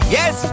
Yes